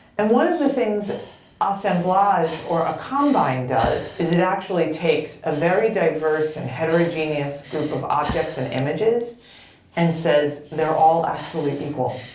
and one of the things assemblage or a combine does is it actually takes a very diverse and heterogeneous group of objects and images and says they're all actually equal.